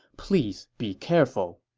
please be careful.